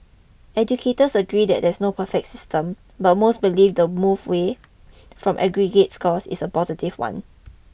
educators agree there is no perfect system but most believe the move away from aggregate scores is a positive one